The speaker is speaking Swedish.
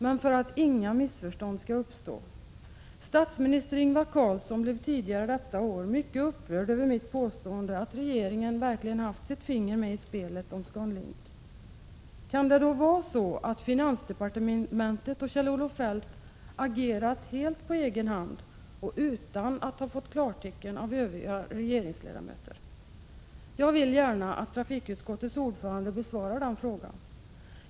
Men för att inga missförstånd skall uppstå vill jag peka på att statsminister Ingvar Carlsson tidigare detta år blev mycket upprörd över mitt påstående att regeringen haft sitt finger med i spelet om ScanLink. Kan det vara så att finansdepartementet och Kjell-Olof Feldt agerat helt på egen hand och utan att ha fått klartecken från övriga regeringsledamöter? Jag är angelägen om att trafikutskottets ordförande besvarar den frågan.